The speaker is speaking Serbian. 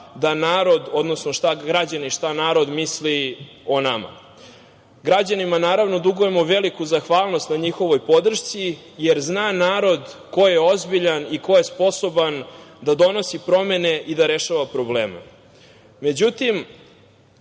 da narod, odnosno šta građani, šta narod misli o nama. Građanima naravno dugujemo veliku zahvalnost na njihovoj podršci, jer zna narod ko je ozbiljan i ko je sposoban da donosi promene i da rešava probleme.Međutim,